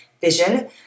vision